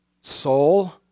soul